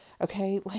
Okay